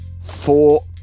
four